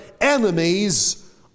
enemies